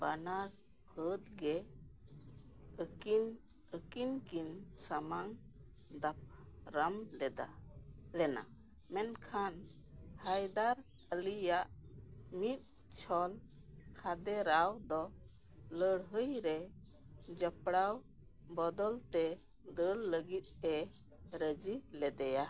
ᱵᱟᱱᱟᱨ ᱯᱷᱟᱹᱫᱽ ᱜᱮ ᱟᱹᱠᱤᱱ ᱟᱹᱠᱤᱱ ᱠᱤᱱ ᱥᱟᱢᱟᱝ ᱫᱟᱯᱨᱟᱢ ᱞᱮᱫᱟ ᱞᱮᱱᱟ ᱢᱮᱱᱠᱷᱟᱱ ᱦᱟᱭᱫᱟᱨ ᱟᱞᱤᱭᱟᱜ ᱢᱤᱫ ᱪᱷᱚᱞ ᱠᱷᱟᱫᱮ ᱨᱟᱣ ᱫᱚ ᱞᱟᱹᱲᱦᱟᱹᱭ ᱨᱮ ᱡᱚᱯᱲᱟᱣ ᱵᱚᱫᱚᱞᱛᱮ ᱫᱟᱹᱲ ᱞᱟᱹᱜᱤᱫ ᱮ ᱨᱟᱹᱡᱤ ᱞᱮᱫᱮᱭᱟ